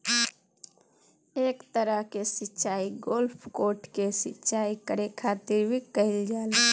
एह तरह के सिचाई गोल्फ कोर्ट के सिंचाई करे खातिर भी कईल जाला